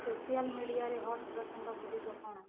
social ମିଡ଼ିଆରେ hot ପ୍ରସଙ୍ଗଗୁଡ଼ିକ କ'ଣ